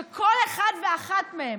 שכל אחד ואחת מהם